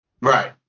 Right